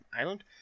island